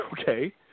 okay